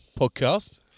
podcast